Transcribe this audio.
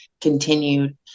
continued